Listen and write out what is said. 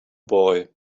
boy